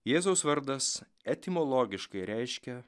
jėzaus vardas etimologiškai reiškia